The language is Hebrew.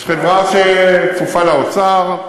יש חברה שכפופה לאוצר.